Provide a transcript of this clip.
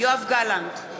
יואב גלנט,